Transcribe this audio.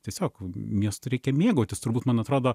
tiesiog miestu reikia mėgautis turbūt man atrodo